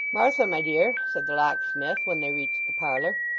martha, my dear said the locksmith, when they reached the parlour,